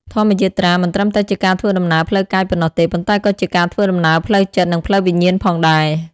ធម្មយាត្រាមិនត្រឹមតែជាការធ្វើដំណើរផ្លូវកាយប៉ុណ្ណោះទេ ប៉ុន្តែក៏ជាការធ្វើដំណើរផ្លូវចិត្ត និងផ្លូវវិញ្ញាណផងដែរ។